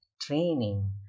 training